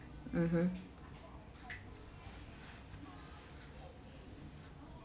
mmhmm